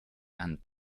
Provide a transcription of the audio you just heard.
and